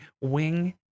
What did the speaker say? wing